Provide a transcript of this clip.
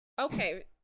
Okay